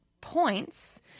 points